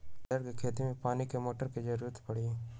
गाजर के खेती में का मोटर के पानी के ज़रूरत परी?